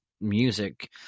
music